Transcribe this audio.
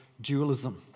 dualism